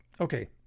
Okay